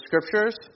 scriptures